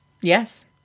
Yes